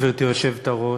גברתי היושבת-ראש,